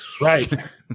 Right